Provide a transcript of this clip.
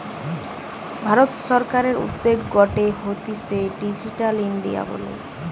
ভারত সরকারের উদ্যোগ গটে হতিছে ডিজিটাল ইন্ডিয়া বলে